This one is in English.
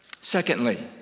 Secondly